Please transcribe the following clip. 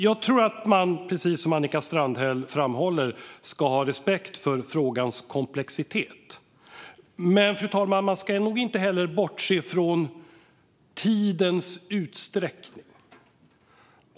Jag tror att man, precis som Annika Strandhäll framhåller, ska ha respekt för frågans komplexitet. Men, fru talman, man ska nog heller inte bortse från tidens utsträckning.